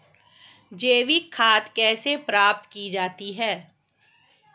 जैविक खाद कैसे प्राप्त की जाती है?